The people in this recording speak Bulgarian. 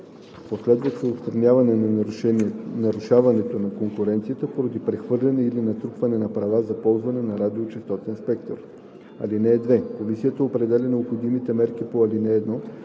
последващо отстраняване на нарушаването на конкуренцията поради прехвърляне или натрупване на права за ползване на радиочестотен спектър. (2) Комисията определя необходимите мерки по ал. 1